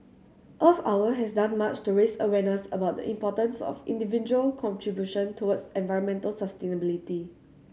Earth Hour has done much to raise awareness about the importance of individual contribution towards environmental sustainability